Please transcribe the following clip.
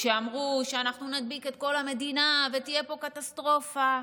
כשאמרו שאנחנו נדביק את כל המדינה ותהיה פה קטסטרופה,